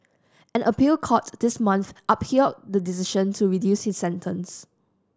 an appeal court this month upheld the decision to reduce his sentence